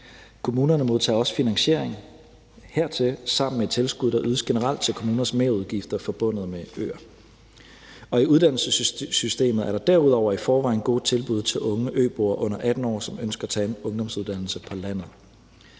Kommunerne modtager også finansiering hertil sammen med tilskud, der ydes generelt til kommuners merudgifter forbundet med øer. I uddannelsessystemet er der derudover i forvejen gode tilbud til unge øboere under 18 år, som ønsker at tage en uddannelse på fastlandet.